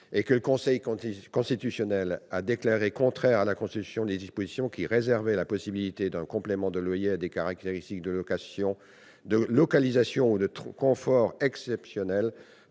sur la loi ALUR. Le Conseil a déclaré contraires à la Constitution les dispositions qui réservaient la possibilité d'un complément de loyer à « des caractéristiques de localisation ou de confort exceptionnels